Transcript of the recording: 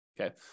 okay